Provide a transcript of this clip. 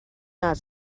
not